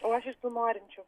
o aš iš tų norinčių